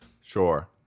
sure